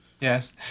Yes